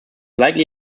likely